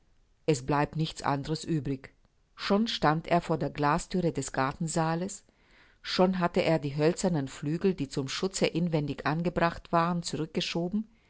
es bleibt nichts anderes übrig schon stand er vor der glasthüre des gartensaales schon hatte er die hölzernen flügel die zum schutze inwendig angebracht waren zurückgeschoben